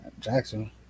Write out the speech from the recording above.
Jackson